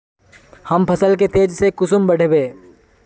हम फसल के तेज से कुंसम बढ़बे?